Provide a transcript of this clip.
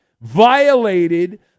violated